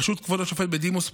בראשות כבוד השופט בדימוס פרופ'